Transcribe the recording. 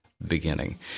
beginning